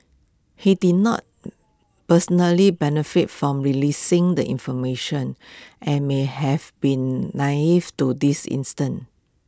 he did not personally benefit from releasing the information and may have been naive to this instance